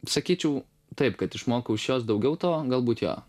sakyčiau taip kad išmokau iš jos daugiau to galbūt jo